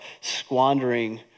squandering